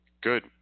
Good